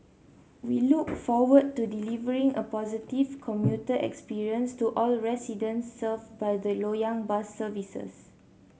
we look forward to delivering a positive commuter experience to all residents served by the Loyang bus services